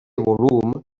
volum